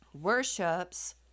worships